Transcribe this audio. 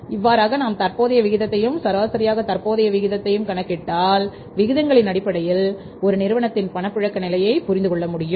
இவ்வாறாக நாம் தற்போதைய விகிதத்தையும் சராசரியாக தற்போதைய விகிதத்தையும் கணக்கிட்டு விகிதங்களின் அடிப்படையில் ஒரு நிறுவனத்தின் பணப்புழக்க நிலையை புரிந்து கொள்ள முடியும்